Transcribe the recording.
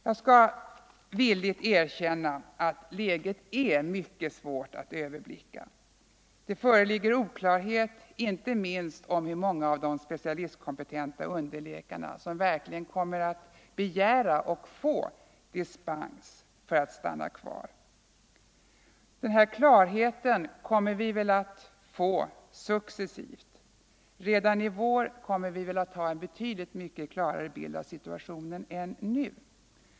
Jag skall villigt erkänna att läget är mycket svårt att överblicka. Oklar het föreligger, inte minst om hur många av de specialistkompetenta underläkarna som verkligen kommer att begära och få dispens för att stanna kvar. Klarhet kommer vi väl att få successivt. Redan i vår kommer vi att ha en betydligt redigare bild av situationen än nu.